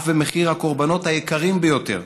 אף במחיר הקורבנות היקרים ביותר".